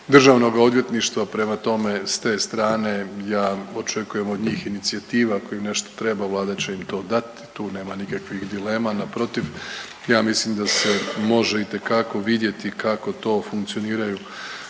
Državnoga odvjetništva. Prema tome, s te strane ja očekujem od njih inicijativu ako im nešto treba Vlada će im to dati, tu nema nikakvih dilema. Naprotiv. Ja mislim da se može itekako vidjeti kako to funkcioniraju